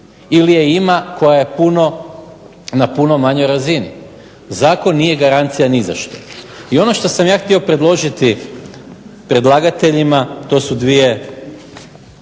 ili je ima koja je na puno manjoj razini. Zakon nije garancija nizašto. I ono što sam ja htio predložiti predlagateljima to su dvije,